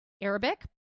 Arabic